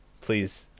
please